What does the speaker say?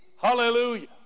Hallelujah